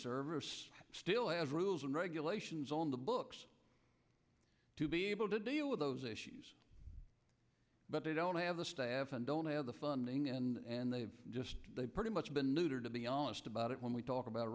service still has rules and regulations on the books to be able to deal with those issues but they don't have the staff and don't have the funding and they've just pretty much been neutered to be honest about it when we talk about